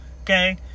Okay